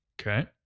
Okay